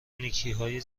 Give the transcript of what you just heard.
نیکیهای